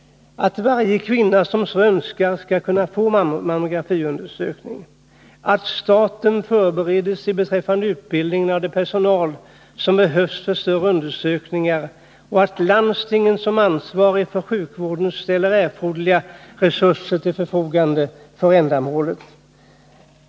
Utskottet är också enigt om att varje kvinna som så önskar skall kunna få mammografiundersökning, att staten skall förbereda sig beträffande utbildningen av den personal som behövs för större undersökningar och att landstingen som ansvariga för sjukvården bör ställa erforderliga resurser till förfogande för ändamålet.